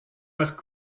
must